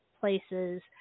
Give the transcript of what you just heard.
places